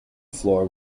floor